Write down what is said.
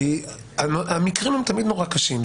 כי המקרים הם תמיד נורא קשים.